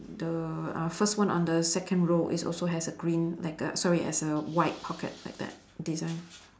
the uh first one on the second row it's also has a green like a sorry has a white pocket like that design